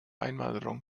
einwanderung